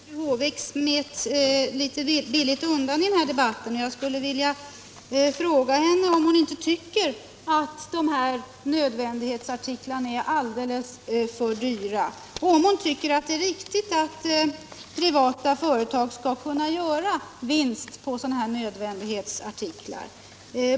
Herr talman! Fru Håvik smet litet billigt undan i debatten, och jag skulle därför vilja fråga henne, om hon inte tycker att mensskydden är alldeles för dyra och om hon anser att det är riktigt att privata företag skall kunna göra vinst på sådana nödvändighetsartiklar.